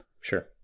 sure